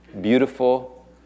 beautiful